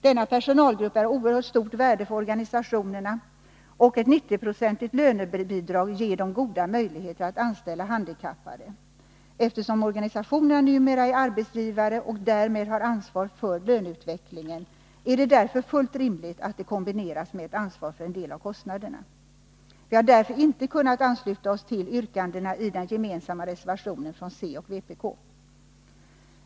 Denna personalgrupp är av oerhört stort värde för organisationerna, och ett 90-procentigt lönebidrag ger dem goda möjligheter att anställa handikappade. Eftersom organisationerna numera är arbetsgivare och därmed har ansvaret för löneutvecklingen, är det fullt rimligt att detta kombineras med ett ansvar för en del av kostnaderna. Vi har därför inte kunnat ansluta oss till yrkandena i den gemensamma reservationen från centern och vpk.